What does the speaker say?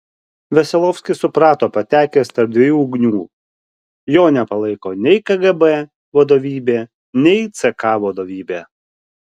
veselovskis suprato patekęs tarp dviejų ugnių jo nepalaiko nei kgb vadovybė nei ck vadovybė